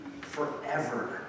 forever